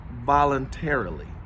voluntarily